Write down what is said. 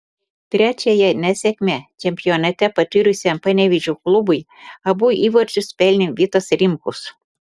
trečiąją nesėkmę čempionate patyrusiam panevėžio klubui abu įvarčius pelnė vitas rimkus